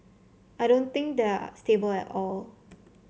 I don't think they are stable at all